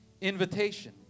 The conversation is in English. invitation